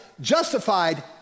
justified